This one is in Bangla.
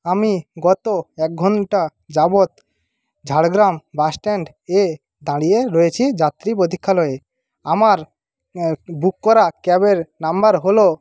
আমি গত এক ঘন্টা যাবত ঝাড়গ্রাম বাসস্ট্যান্ডে দাঁড়িয়ে রয়েছি যাত্রী প্রতীক্ষালয়ে আমার বুক করা ক্যাবের নাম্বার হলো